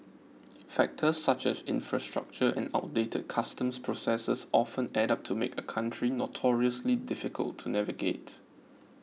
factors such as infrastructure and outdated customs processes often add up to make a country notoriously difficult to navigate